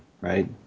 right